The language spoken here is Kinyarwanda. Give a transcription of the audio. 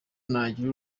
nagira